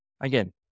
Again